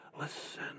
listen